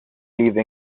leave